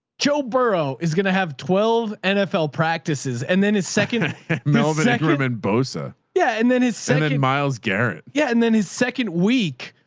joe burrow is going to have twelve nfl practices and then his second melbourne um and bossa yeah and then his second myles garrett. yeah. and then his second week,